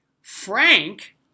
Frank